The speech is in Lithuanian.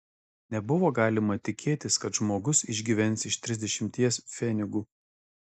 nebuvo galima tikėtis kad žmogus išgyvens iš trisdešimties pfenigų